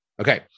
Okay